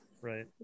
right